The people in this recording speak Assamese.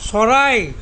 চৰাই